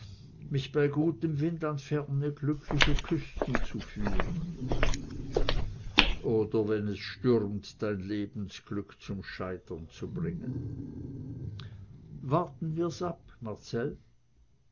mich bei gutem wind an ferne glückliche küsten zu führen oder wenn es stürmt dein lebensglück zum scheitern zu bringen warten wir's ab marcell